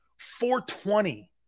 420